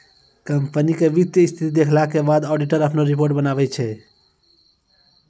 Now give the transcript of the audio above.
company के वित्तीय स्थिति देखला के बाद ऑडिटर अपनो रिपोर्ट बनाबै छै